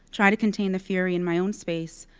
try to contain the fury in my own space.